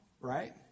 right